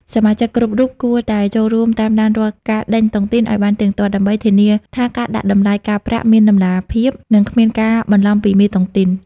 សមាជិកគ្រប់រូបគួរតែចូលរួមតាមដានរាល់ការដេញតុងទីនឱ្យបានទៀងទាត់ ដើម្បីធានាថាការដាក់តម្លៃការប្រាក់មានតម្លាភាព និងគ្មានការបន្លំពីមេតុងទីន។